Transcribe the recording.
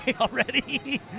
already